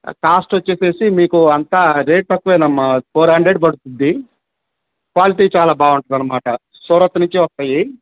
cost వచ్చేసేసి మీకంతా rate తక్కువేనమ్మా ఫోర్ హండ్రెడ్ పడుతుంది క్వాలిటీ చాలా బాగుంటుంది అనమాట సూరత్ నుంచి వస్తాయి